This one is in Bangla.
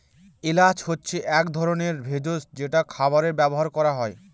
এলাচ হচ্ছে এক ধরনের ভেষজ যেটা খাবারে ব্যবহার করা হয়